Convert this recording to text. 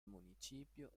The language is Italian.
municipio